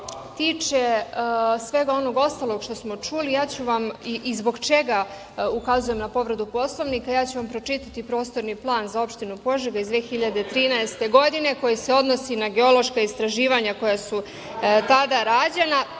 tiče svega onog ostalog što smo čuli, a zbog čega ukazujem na povredu Poslovnika, ja ću vam pročitati prostorni plan za opštinu Požega iz 2013. godine, koji se odnosi na geološka istraživanja koja su tada rađena.